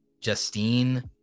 Justine